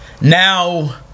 Now